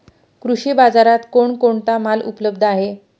कृषी बाजारात कोण कोणता माल उपलब्ध आहे?